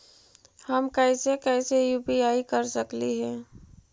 हम कैसे कैसे यु.पी.आई कर सकली हे?